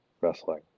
wrestling